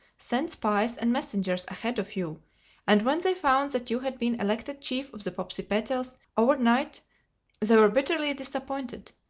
sent spies and messengers ahead of you and when they found that you had been elected chief of the popsipetels overnight they were bitterly disappointed.